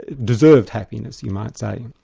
deserved happiness, you might say.